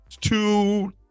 two